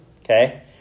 okay